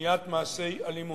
במניעת מעשי אלימות.